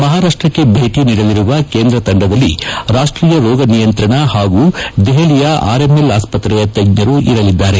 ಮಹಾರಾಷ್ಟಕ್ಕೆ ಭೇಟಿ ನೀಡಲಿರುವ ಕೇಂದ್ರ ತಂಡದಲ್ಲಿ ರಾಷ್ಟೀಯ ರೋಗ ನಿಯಂತ್ರಣ ಹಾಗೂ ದೆಹಲಿಯ ಆರ್ ಎಂ ಎಲ್ ಆಸ್ಪತ್ರೆಯ ತಜ್ಞರು ಇರಲಿ ದ್ದಾರೆ